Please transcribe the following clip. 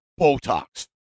Botox